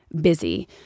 busy